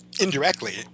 indirectly